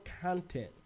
content